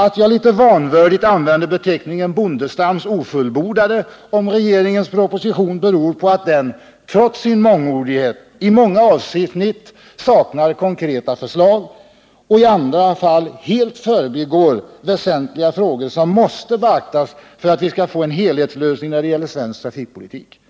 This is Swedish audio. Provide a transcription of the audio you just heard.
Att jag litet vanvördigt använder beteckningen Bondestams ofullbordade på regeringens proposition beror på att den, trots sin mångordighet, i många avsnitt saknar konkreta förslag och i andra fall helt förbigår väsentliga frågor som måste beaktas för att vi skall få en helhetslösning när det gäller svensk trafikpolitik.